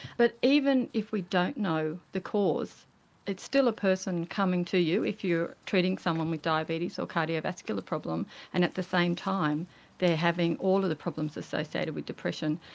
but even if we don't know the cause it's still a person coming to you if you're treating someone with diabetes or cardiovascular problems and at the same time they're having all of the problems associated with depression.